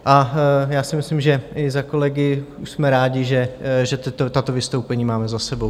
A já si myslím, že i za kolegy jsme rádi, že tato vystoupení máme za sebou.